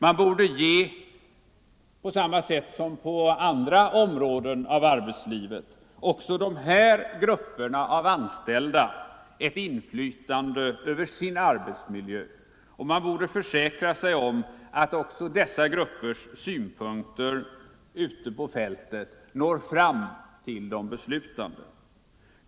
Man borde på samma sätt som på andra områden av arbetslivet ge också de här grupperna av anställda ett inflytande över sin arbetsmiljö, och man borde försäkra sig om att också dessa gruppers synpunkter ute på fältet når fram till de beslutande.